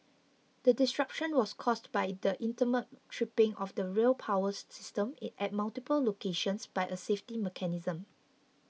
the disruption was caused by the intermittent tripping of the rail power system at multiple locations by a safety mechanism